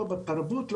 לא בתרבות,